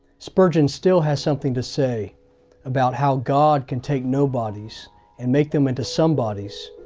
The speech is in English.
spurgeon still has something to say about how god can take nobodies and make them into somebodies,